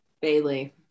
Bailey